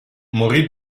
morì